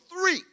three